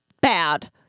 Bad